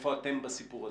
איפה אתם בסיפור הזה?